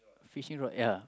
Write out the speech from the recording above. fishing rod ya